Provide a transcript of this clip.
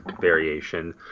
variation